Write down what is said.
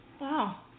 Wow